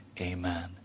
amen